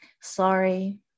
sorry